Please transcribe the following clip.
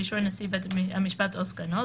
באישור נשיא בית המשפט או סגנו,